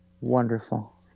Wonderful